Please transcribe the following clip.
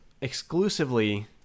exclusively